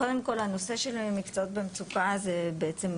קודם כל הנושא של מקצועות במצוקה אז בעצם,